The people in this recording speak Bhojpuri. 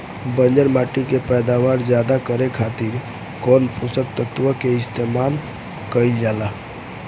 बंजर माटी के पैदावार ज्यादा करे खातिर कौन पोषक तत्व के इस्तेमाल कईल जाला?